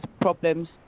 problems